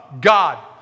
God